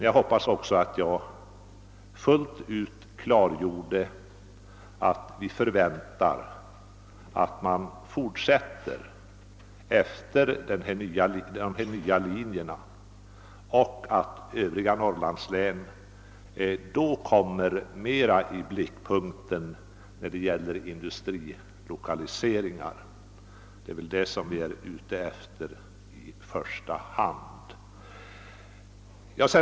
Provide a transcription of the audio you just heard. Jag hoppas också att jag gjorde fullt klart att vi förväntar att man fortsätter efter de nya riktlinjerna och att övriga Norrlandslän då kommer mera i blickpunkten beträffande industrilokaliseringar. Det är väl det som vi i första hand är ute efter.